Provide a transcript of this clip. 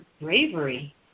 bravery